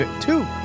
two